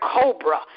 cobra